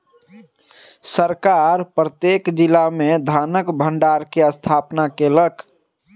सरकार प्रत्येक जिला में धानक भण्डार के स्थापना केलक